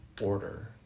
order